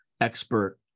expert